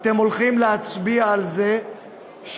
אתם הולכים להצביע על זה שממחר,